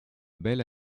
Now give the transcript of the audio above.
bel